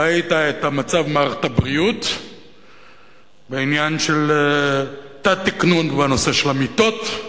ראית את מצב מערכת הביקורת בעניין של תת-תקנון בנושא של המיטות,